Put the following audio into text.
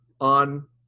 on